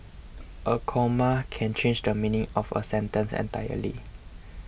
a comma can change the meaning of a sentence entirely